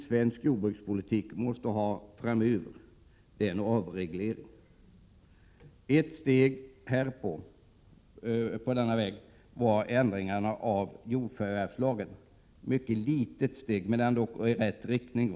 Svensk jordbrukspolitik måste framöver inrikta sig på en avreglering. Ett steg på denna väg var ändringarna i jordförvärvslagen. Det var ett mycket litet steg, men det var ändå ett steg i rätt riktning.